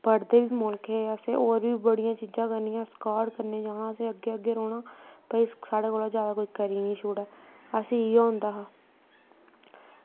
पढ़दे बी मुल्ख हे असें होर बी बड़ियां चीज़ां करनियां स्काट करने गी जाना असें अग्गें अग्गें रौह्ना भई साढ़े कोला अग्गें कोई करी निं छुड़े असें इ'यै होंदा हा